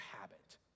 habit